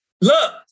look